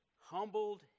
humbled